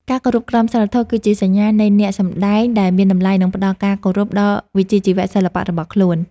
ការគោរពក្រមសីលធម៌គឺជាសញ្ញាណនៃអ្នកសម្តែងដែលមានតម្លៃ និង ផ្តល់ការគោរពដល់វិជ្ជាជីវៈសិល្បៈរបស់ខ្លួន។